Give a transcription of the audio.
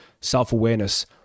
self-awareness